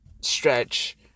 stretch